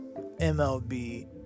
MLB